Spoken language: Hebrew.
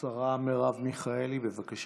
השרה מרב מיכאלי, בבקשה.